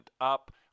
up